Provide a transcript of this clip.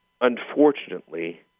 unfortunately